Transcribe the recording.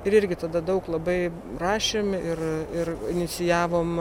ir irgi tada daug labai rašėm ir ir inicijavom